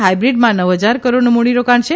હાયબ્રીડમાં નવ હજાર કરોડનું મુડીરોકાણ છે